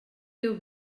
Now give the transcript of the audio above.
teu